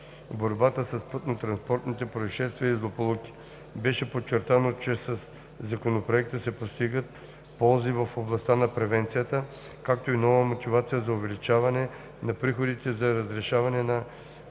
борбата с пътнотранспортните произшествия и злополуките. Беше подчертано, че със Законопроекта се постигат ползи в областта на превенцията, както и нова мотивация за увеличаване на приходите за разрешаване на